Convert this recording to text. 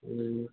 ए